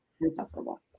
insufferable